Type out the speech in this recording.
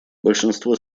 большинство